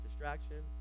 Distraction